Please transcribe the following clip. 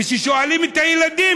ושואלים את הילדים,